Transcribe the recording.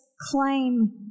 claim